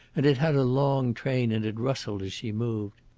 and it had a long train, and it rustled as she moved.